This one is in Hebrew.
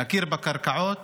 להכיר בקרקעות